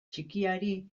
txikiari